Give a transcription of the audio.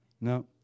No